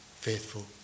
faithful